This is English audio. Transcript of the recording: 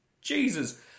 Jesus